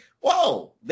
whoa